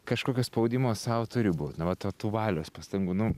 kažkokio spaudimo sau turi būt na va to tų valios pastangų nu